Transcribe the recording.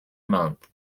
month